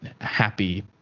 happy